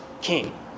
king